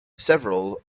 several